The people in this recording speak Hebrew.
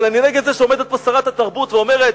אבל אני נגד זה שעומדת פה שרת התרבות ואומרת: